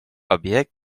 objekt